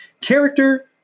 Character